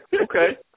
Okay